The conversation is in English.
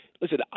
listen